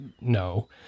no